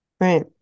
Right